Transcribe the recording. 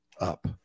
up